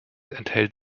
enthält